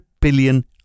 billion